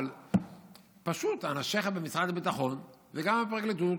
אבל פשוט אנשיך במשרד הביטחון וגם בפרקליטות